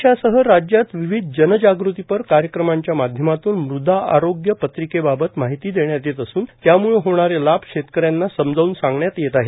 देशासह राज्यात विविध जनजागृतिपर कार्यक्रमांच्या माध्यमातून मृदा आरोग्य पत्रिकेबाबत माहिती देण्यात येत असून त्यामुळं होणारे लाभ शेतकऱ्यांना समजावून सांगण्यात येत आहेत